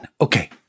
Okay